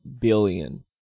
billion